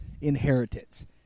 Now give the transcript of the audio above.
inheritance